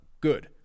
good